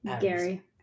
Gary